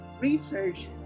research